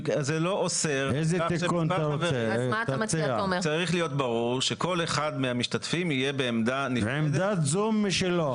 צריך להיות ברור שכל אחד מהמשתתפים יהיה בעמדת זום משלו.